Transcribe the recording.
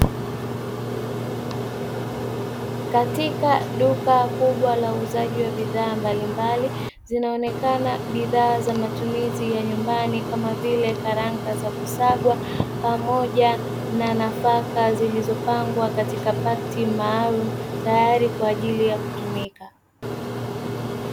Katika duka kubwa la uuzaji wa bidhaa mbalimbali, zinaonekana bidhaa za matumizi ya nyumbani kama vile karanga za kusagwa pamoja na nafaka zilizopangwa katika pakiti maalumu tayari kwaajili ya kutumika.